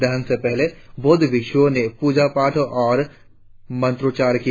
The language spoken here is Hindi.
दहन से पहले बौद्ध भिक्षुओं ने पूजा पाठ और मंत्रोचार किया